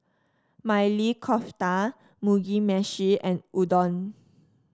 Maili Kofta Mugi Meshi and Udon